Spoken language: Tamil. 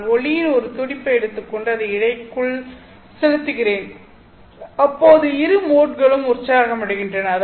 நான் ஒளியின் ஒரு துடிப்பை எடுத்துக்கொண்டு அதை இழைக்குள் செலுத்துகிறேன் அப்போது இரு மோட்களும் உற்சாகமடைகின்றன